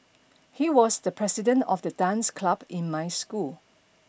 he was the president of the dance club in my school